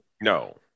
No